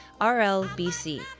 RLBC